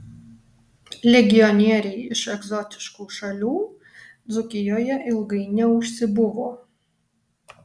legionieriai iš egzotiškų šalių dzūkijoje ilgai neužsibuvo